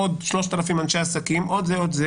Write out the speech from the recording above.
עוד 3,000 אנשי עסקים ועוד זה ועוד זה